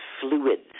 fluids